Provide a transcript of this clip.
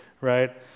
right